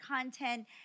content